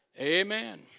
Amen